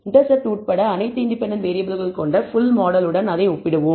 intercept உட்பட அனைத்து independent வேறியபிள்கள் கொண்ட ஃபுல் மாடலுடன் அதை ஒப்பிடுவோம்